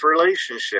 relationship